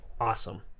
Awesome